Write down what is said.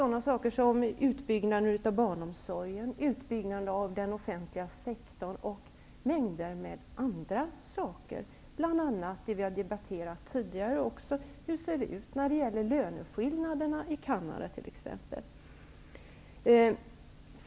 Det gäller utbyggnad av barnomsorgen, utbyggnad av den offentliga sektorn och mängder av annat. Det gäller bl.a. det vi har debatterat tidigare -- hur ser det ut när det gäller löneskillnaderna i Canada t.ex.?